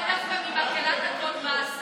הם דווקא ממקהלת "הכול באסה".